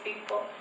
people